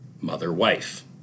mother-wife